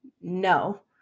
no